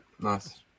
Nice